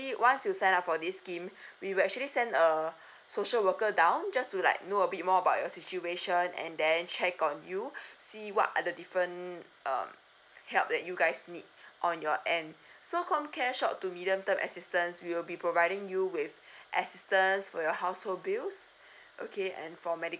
once you sign up for this scheme we will actually send a social worker down just to like know a bit more about your situation and then check on you see what are the different um help that you guys need on your end so comcare short to medium term assistance we will be providing you with assistance for your household bills okay and for medical